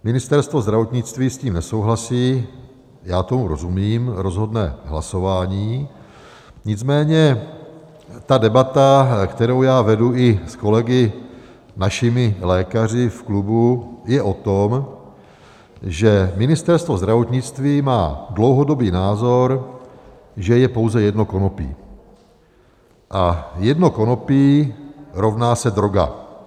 Ministerstvo zdravotnictví s tím nesouhlasí, já tomu rozumím, rozhodne hlasování, nicméně ta debata, kterou já vedu i s kolegy, našimi lékaři v klubu, je o tom, že Ministerstvo zdravotnictví má dlouhodobý názor, že je pouze jedno konopí a jedno konopí rovná se droga.